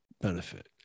benefit